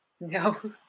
No